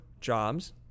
jobs